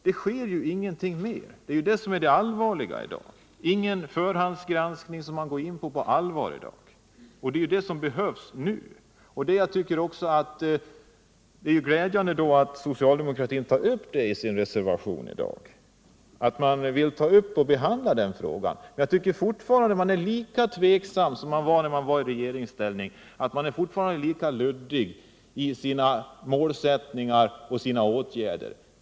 Det sker ingenting mer, och det är det som är det allvarliga. Det görs i dag ingen riktig förhandsgranskning, och det är ju en sådan som nu behövs. Det är därför glädjande att socialdemokraterna har tagit upp detta i sin reservation. Jag tycker emellertid att socialdemokraterna i dag är lika tveksam ma som de var när de befann sig i regeringsställning — de är fortfarande lika luddiga när det gäller målsättningen och åtgärderna.